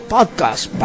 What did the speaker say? Podcast